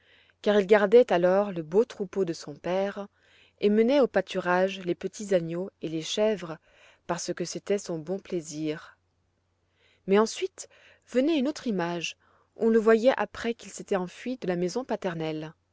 car il gardait alors le beau troupeau de son père et menait au pâturage les petits agneaux et les chèvres parce que c'était son bon plaisir mais ensuite venait une autre image où on le voyait après qu'il s'était enfui de la maison paternelle